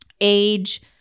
age